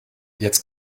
jetzt